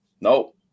No